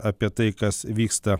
apie tai kas vyksta